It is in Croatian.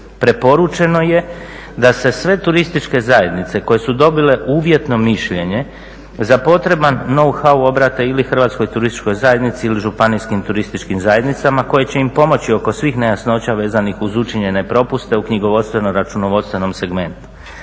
Preporučeno je da se sve turističke zajednice koje su dobile uvjetno mišljenje za potreban know how obrate ili Hrvatskoj turističkoj zajednici ili županijskim turističkim zajednicama koje će im pomoći oko svih nejasnoća vezanih uz učinjene propuste u knjigovodstveno-računovodstvenom segmentu.